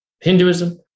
Hinduism